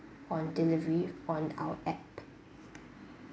on delivery on our app